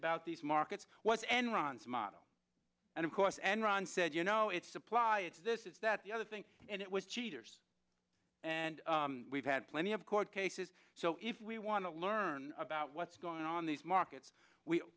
about these markets was enron's model and of course enron said you know it's supply it's this is that the other thing and it was cheaters and we've had plenty of court cases so if we want to learn about what's going on these markets